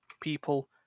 people